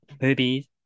movies